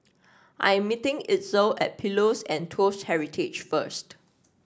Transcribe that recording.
I am meeting Itzel at Pillows and Toast Heritage first